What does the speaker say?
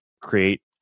create